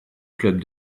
club